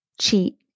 cheat